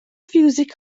fiwsig